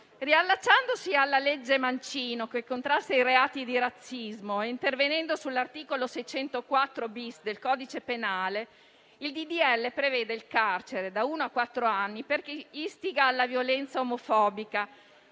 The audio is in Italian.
Riallacciandosi alla legge Mancino, che contrasta i reati di razzismo, e intervenendo sull'articolo 604-*bis* del codice penale, il disegno di legge prevede il carcere da uno a quattro anni per chi istiga alla violenza omofobica.